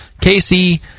Casey